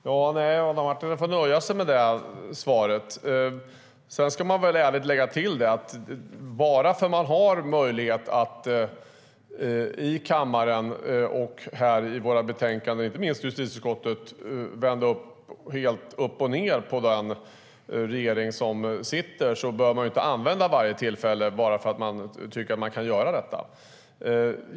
Herr talman! Adam Marttinen får nöja sig med det svar jag gav. Sedan ska man väl ärligt säga att bara för att man har möjlighet att i kammaren och i våra betänkanden, inte minst i justitieutskottet, vända uppochned på den regering som sitter bör man inte använda sig av varje sådant tillfälle bara för att det är möjligt.